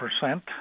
percent